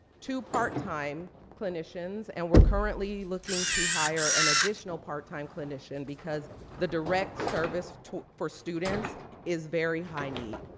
two part time clinicians, and we're currently looking to hire an additional part time clinician, because the direct service for students is very high need.